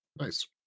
Nice